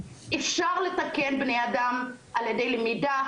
אפשר לתקן בני אדם על ידי למידה,